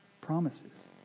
promises